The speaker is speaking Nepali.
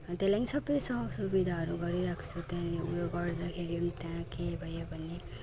त्यही लागि सबै स सुविधाहरू गरिराख्छु त्यहाँनिर ऊ यो गर्दाखेरि पनि त्यहाँ केही भयो भने